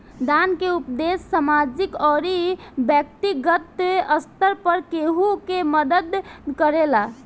दान के उपदेस सामाजिक अउरी बैक्तिगत स्तर पर केहु के मदद करेला